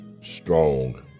strong